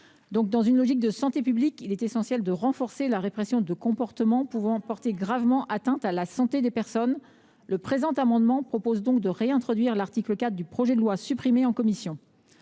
Dans une logique de santé publique, il est essentiel de renforcer la répression de comportements pouvant porter gravement atteinte aux personnes. Le présent amendement a donc pour objet de réintroduire l’article 4 du projet de loi. Face aux discours